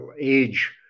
age